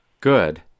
Good